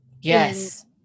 Yes